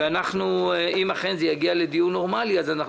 אם אכן זה יגיע לדיון נורמלי אז אנחנו